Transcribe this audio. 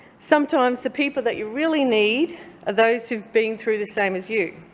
sometimes the people that you really need are those who've been through the same as you.